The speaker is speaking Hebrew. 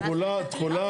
תחולה, תחולה.